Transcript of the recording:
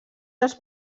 les